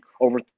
over